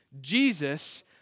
Jesus